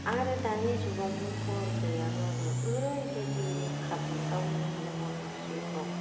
आरो दानि जुगाव महर गैयाब्लाबो ओरैबायदि मेकापजों गावनि महर मुस्रिखौ